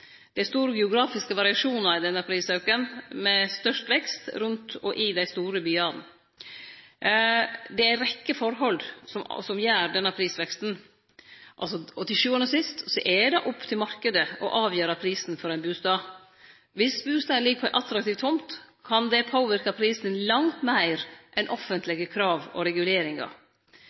Det er store geografiske variasjonar i denne prisauken, med størst vekst rundt og i dei store byane. Det er ei rekkje forhold som gir denne prisveksten. Til sjuande og sist er det opp til marknaden å avgjere prisen på ein bustad. Viss bustaden ligg på ei attraktiv tomt, kan det påverke prisen langt meir enn offentlege krav og reguleringar.